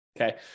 okay